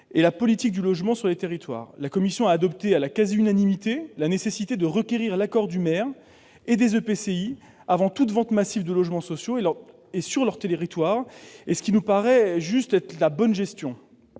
et la politique du logement dans les territoires. La commission a adopté à la quasi-unanimité une mesure sur la nécessité de requérir l'accord du maire et des EPCI avant toute vente massive de logements sociaux dans leur territoire, ce qui nous semble de bonne gestion.